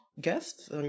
guests